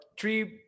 three